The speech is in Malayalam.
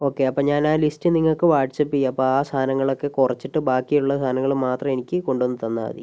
ഓക്കെ അപ്പോൾ ഞാൻ ആ ലിസ്റ്റ് നിങ്ങൾക്ക് വാട്സ്ആപ്പ് ചെയ്യാം അപ്പം ആ സാധനങ്ങളൊക്കെ കുറച്ചിട്ട് ബാക്കിയുള്ള സാധങ്ങൾ മാത്രമേ എനിക്ക് കൊണ്ട് വന്ന് തന്നാൽ മതി